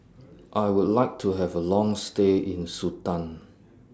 I Would like to Have A Long stay in Sudan